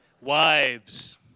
Wives